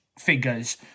figures